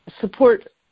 support